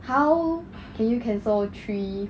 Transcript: how can you cancel three